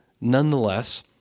Nonetheless